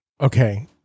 okay